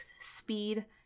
speed